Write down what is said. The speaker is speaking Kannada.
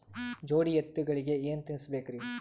ಜೋಡಿ ಎತ್ತಗಳಿಗಿ ಏನ ತಿನಸಬೇಕ್ರಿ?